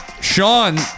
Sean